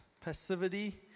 passivity